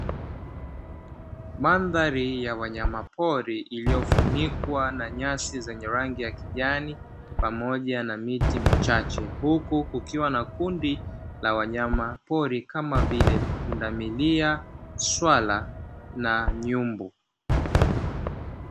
Mandhari ya wanyama pori iliyofunikwa na nyasi zenye rangi ya kijani pamoja na miti michache, huku kukiwa na kundi la wanyama pori kama vile pundamilia, swala na nyumbu.